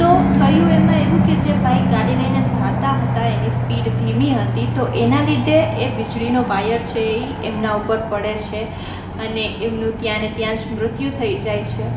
તો થયું એમાં એવું કે જે ભાઈ ગાડી લઈ ને જતા હતા એની સ્પીડ ધીમી હતી તો એનાં લીધે એ વીજળીનો વાયર છે એ એમનાં ઉપર પડે છે અને એમનું ત્યાં ને ત્યાં જ મૃત્યુ થઈ જાય છે